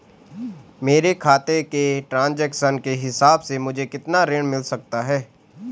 मेरे खाते के ट्रान्ज़ैक्शन के हिसाब से मुझे कितना ऋण मिल सकता है?